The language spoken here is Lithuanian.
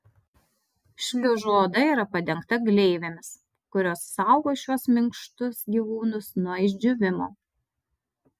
šliužų oda yra padengta gleivėmis kurios saugo šiuos minkštus gyvūnus nuo išdžiūvimo